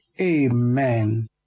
Amen